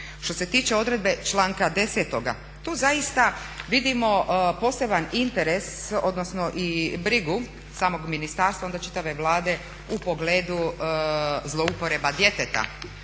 Što se tiče odredbe članka 10.tu zaista vidimo posebno interes i brigu samog ministarstva onda čitave Vlade u pogledu zloupotreba djeteta